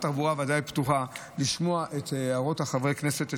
שרת התחבורה ודאי פתוחה לשמוע את הערות חברי הכנסת,